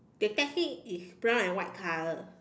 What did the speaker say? the taxi is brown and white color